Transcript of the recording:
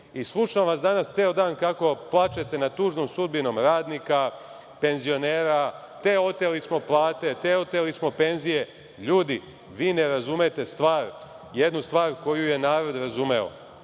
Slušam vas danas ceo dan kako plačete nad tužnom sudbinom radnika, penzionera. Te oteli smo plate, te oteli smo penzije. Ljudi, vi ne razumete jednu stvar koju je narod razumeo.